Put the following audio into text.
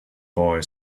boy